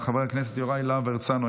חבר הכנסת יוראי להב הרצנו,